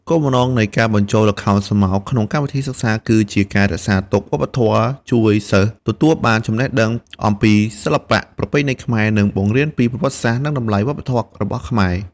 គោលបំណងនៃការបញ្ចូលល្ខោនស្រមោលក្នុងកម្មវិធីសិក្សាគឺជាការរក្សាទុកវប្បធម៌ ជួយសិស្សទទួលបានចំណេះដឹងអំពីសិល្បៈប្រពៃណីខ្មែរ និងបង្រៀនពីប្រវត្តិសាស្ត្រនិងតម្លៃវប្ប ធម៌របស់ខ្មែរ។